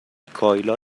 کایلا